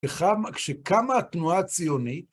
כשקמה התנועה הציונית,